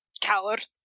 Coward